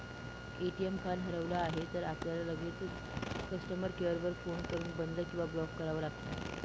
ATM card हरवलं तर, आपल्याला लगेचच कस्टमर केअर वर फोन करून बंद किंवा ब्लॉक करावं लागतं